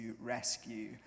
rescue